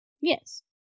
Yes